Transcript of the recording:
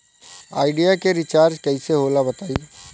Idea के recharge कइसे होला बताई?